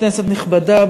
כנסת נכבדה,